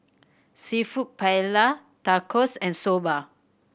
Seafood Paella Tacos and Soba